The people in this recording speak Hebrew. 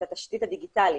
את התשתית הדיגיטלית.